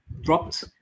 dropped